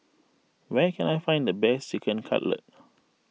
where can I find the best Chicken Cutlet